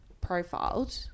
profiled